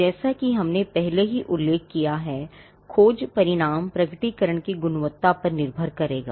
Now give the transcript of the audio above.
जैसा कि हमने पहले ही उल्लेख किया हैखोज परिणाम प्रकटीकरण की गुणवत्ता पर निर्भर करेगा